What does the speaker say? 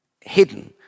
hidden